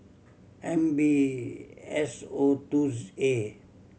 M B S O A